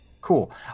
Cool